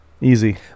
Easy